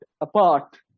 apart